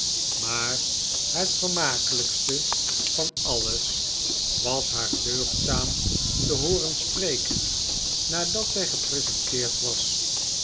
maar het vermakelijkste van alles was haar deugdzaam te hooren spreken nadat zij gepresenteerd was